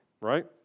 Right